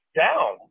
down